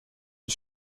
and